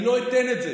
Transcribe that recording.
אני לא אתן את זה.